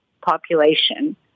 population